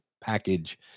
package